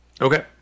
Okay